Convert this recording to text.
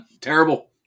Terrible